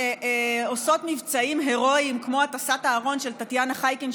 ועושות מבצעים הירואיים כמו הטסת הארון של טטיאנה חייקין,